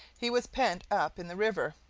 he was penned up in the river,